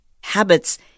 habits